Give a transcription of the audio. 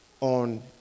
on